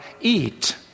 eat